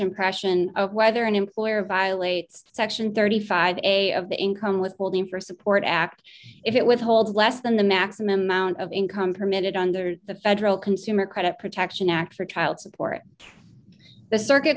impression whether an employer violates section thirty five dollars a of the income withholding for support act if it withholds less than the maximum amount of income permitted under the federal consumer credit protection act for child support the circuit